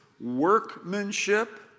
workmanship